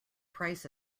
price